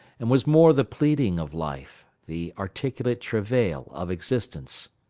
and was more the pleading of life, the articulate travail of existence.